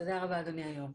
תודה רבה אדוני יושב הראש.